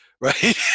right